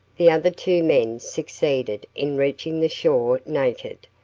the other two men succeeded in reaching the shore naked,